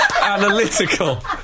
analytical